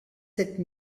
sept